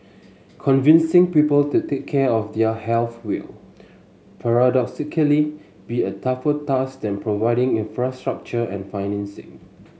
convincing people to take care of their health will paradoxically be a tougher task than providing infrastructure and financing